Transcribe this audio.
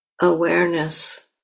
awareness